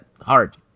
Hard